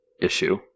issue